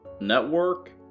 network